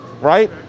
right